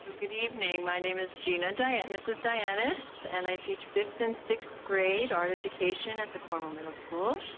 good evening, my name is i mean and and mrs. dianis and i teach fifth and sixth grade art education at the cornwall middle school.